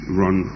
run